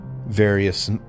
various